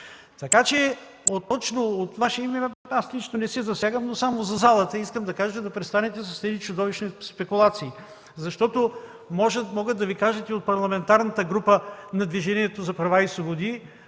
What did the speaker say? Така че точно от Ваше име аз лично не се засягам, но за залата искам да кажа да престанете с тези чудовищни спекулации. Могат да Ви кажат и от Парламентарната група на Движението за права и свободи,